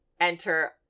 enter